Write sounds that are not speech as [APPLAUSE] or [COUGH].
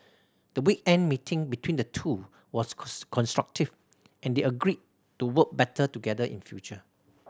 the weekend meeting between the two was [UNINTELLIGIBLE] constructive and they agreed to work better together in future